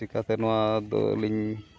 ᱪᱤᱠᱟᱹᱛᱮ ᱱᱚᱣᱟ ᱫᱚ ᱟᱹᱞᱤᱧ